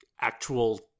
actual